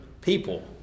people